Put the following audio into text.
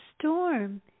storm